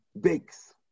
bakes